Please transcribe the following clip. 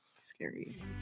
Scary